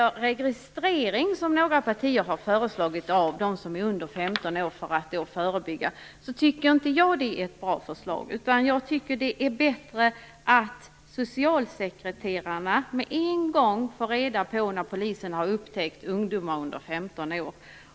Registrering, som några partier har föreslagit, av lagöverträdare som är under 15 år för att förebygga kriminalitet, tycker inte jag är något bra förslag. Jag tycker att det är bättre att socialsekreterarna med en gång får reda på när polisen har upptäckt lagöverträdare som är under 15 år.